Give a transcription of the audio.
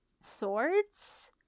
swords